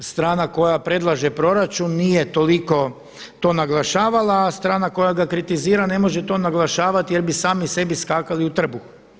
Strana koja predlaže proračun nije toliko to naglašavala a strana koja ga kritizira ne može to naglašavati jer bi sami sebi skakali u trbuh.